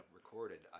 recorded